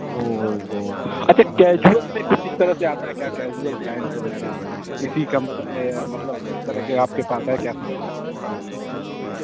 اوو ہوو اچھا کیجوول میں کچھ اس طرح سے آتا ہے کیا کیجوئول پینٹ وغیرہ اسی کمپ مطلب اس طرح کے آپ کے پاس ہے کیا سامان